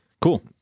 Cool